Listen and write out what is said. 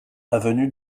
avenue